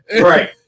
Right